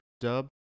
dub